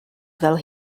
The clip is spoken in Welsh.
fel